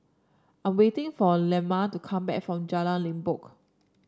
I'm waiting for Lemma to come back from Jalan Limbok